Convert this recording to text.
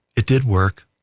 it did work.